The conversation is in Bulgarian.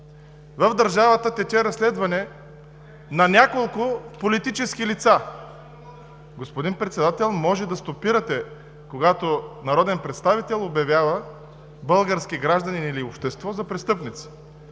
в държавата тече разследване на няколко политически лица. (Шум и реплики от ОП.) Господин Председател, може да стопирате, когато народен представител обявява български гражданин или общество за престъпници.